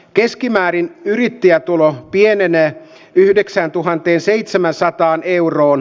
keskimäärin hittiä tulon pienenee yhdeksääntuhanteenseitsemäänsataan euroon